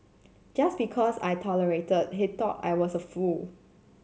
just because I tolerated he thought I was a fool